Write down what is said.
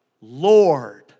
Lord